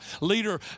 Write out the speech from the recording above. leader